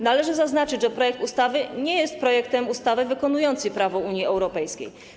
Należy zaznaczyć, że projekt ustawy nie jest projektem ustawy wykonującej prawo Unii Europejskiej.